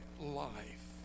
life